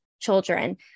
children